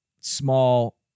small